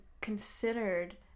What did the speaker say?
considered